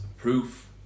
Proof